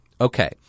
Okay